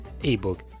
ebook